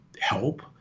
help